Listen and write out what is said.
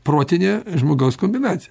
protinė žmogaus kombinacija